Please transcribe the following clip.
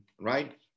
right